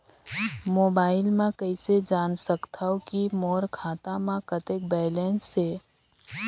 Mobile म कइसे जान सकथव कि मोर खाता म कतेक बैलेंस से?